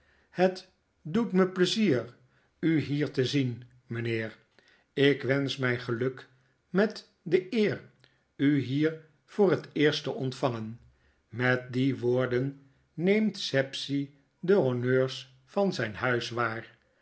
het doet me pleizier u hier te zien mijnheer ik wensch mij geluk met de eer u hier voor het eerst te ontvangen met die woorden neemt sapsea de honmurs van zijn huis waar